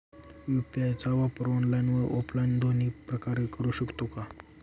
UPI चा वापर online व ऑफलाईन दोन्ही प्रकारे करु शकतो का?